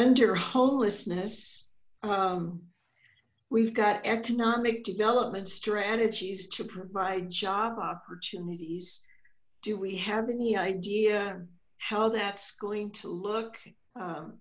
under homelessness we've got economic development strategies to provide job opportunities do we have any idea how that's going to look